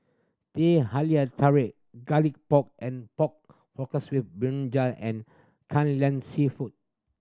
Teh Halia Tarik Garlic Pork and pork brinjal and Kai Lan Seafood